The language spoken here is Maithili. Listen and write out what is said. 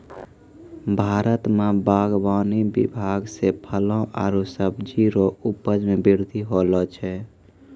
भारत मे बागवानी विभाग से फलो आरु सब्जी रो उपज मे बृद्धि होलो छै